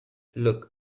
look